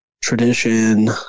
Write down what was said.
Tradition